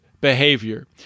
behavior